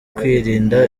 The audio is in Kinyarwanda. kwirinda